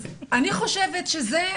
אני חושבת שזה